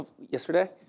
yesterday